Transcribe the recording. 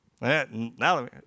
now